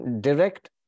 direct